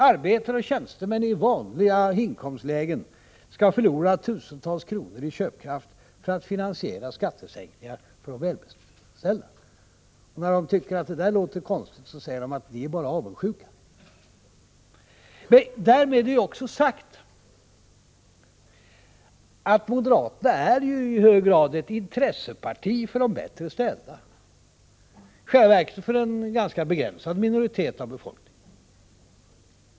Arbetare och tjänstemän i vanliga inkomstlägen skall förlora tusentals kronor i köpkraft för att finansiera skattesänkningar för de välbeställda. När de tycker att detta låter konstigt får de veta att de bara är avundsjuka. Därmed är också sagt att moderaterna i hög grad är ett intresseparti för de bättre ställda, i själva verket för en ganska begränsad minoritet av befolkningen.